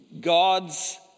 God's